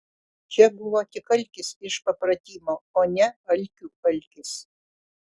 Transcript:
čia buvo tik alkis iš papratimo o ne alkių alkis